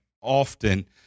often